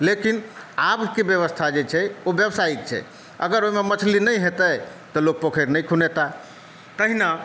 लेकिन आबके व्यवस्था जे छै ओ व्यवसायिक छै अगर ओहीमे मछली नहि हेतै तऽ लोक पोखरि नहि खुनेताह तहिना